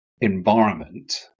environment